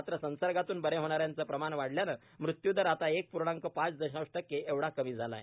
मात्र संसर्गातून बरे होणाऱ्यांचं प्रमाण वाढल्याने मृत्यूदर आता एक पूर्णांक पाच दशांश टक्के एवढा कमी झाला आहे